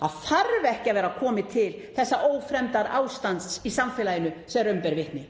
Það þarf ekki að vera komið til þessa ófremdarástands í samfélaginu sem raun ber vitni.